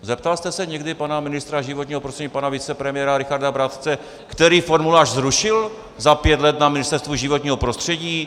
Zeptal jste se někdy pana ministra životního prostředí, pana vicepremiéra Richarda Brabce, který formulář zrušil za pět let na Ministerstvu životního prostředí?